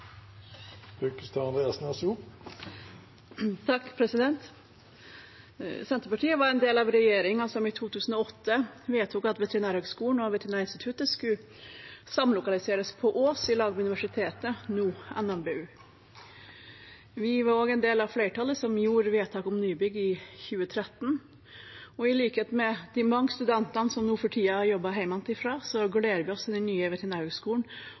Senterpartiet var en del av regjeringen som i 2008 vedtok at Veterinærhøgskolen og Veterinærinstituttet skulle samlokaliseres på Ås i lag med universitetet, NMBU. Vi var også en del av flertallet som gjorde vedtaket om nybygg i 2013. I likhet med de mange studenter som nå for tiden arbeider hjemmefra, gleder vi oss til den nye